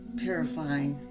purifying